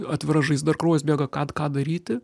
atvira žaizda ir kraujas bėga ką ką daryti